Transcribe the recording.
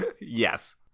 Yes